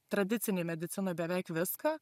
tradicinėj medicinoj beveik viską